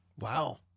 Wow